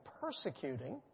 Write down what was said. persecuting